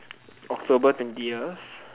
October twentieth